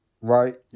right